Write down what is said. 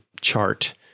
chart